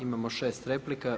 Imamo 6 replika.